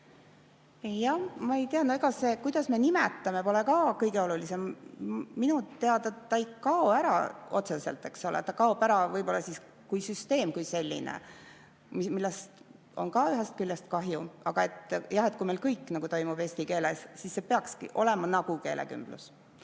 kuidas me seda nimetame, pole ka kõige olulisem. Minu teada ta ei kao ära otseselt, eks ole. Ta kaob ära võib‑olla kui süsteem kui selline, millest on ühest küljest kahju. Aga jah, kui meil kõik toimub eesti keeles, siis see peakski olema nagu keelekümblus.